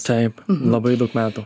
taip labai daug metų